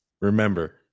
Remember